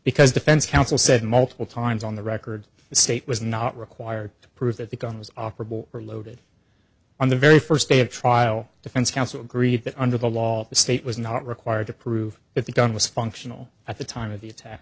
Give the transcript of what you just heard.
because defense counsel said multiple times on the record the state was not required to prove that the gun was operable or loaded on the very first day of trial defense counsel agreed that under the law the state was not required to prove that the gun was functional at the time of the attack